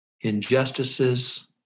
injustices